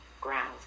grounds